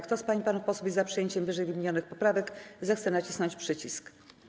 Kto z pań i panów posłów jest za przyjęciem ww. poprawek, zechce nacisnąć przycisk.